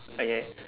okay